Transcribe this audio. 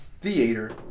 theater